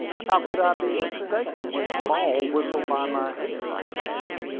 how could i be mistaken when the ball whistled by my head? i demanded.